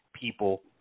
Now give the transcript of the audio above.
people